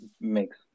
makes